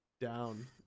down